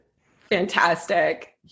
Fantastic